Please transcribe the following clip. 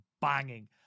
banging